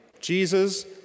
Jesus